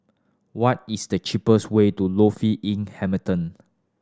what is the cheapest way to Lofi Inn Hamilton